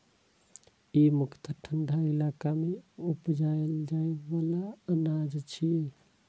ई मुख्यतः ठंढा इलाका मे उपजाएल जाइ बला अनाज छियै